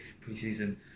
pre-season